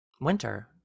winter